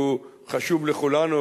שהוא חשוב לכולנו,